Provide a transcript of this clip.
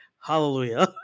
Hallelujah